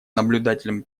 наблюдателем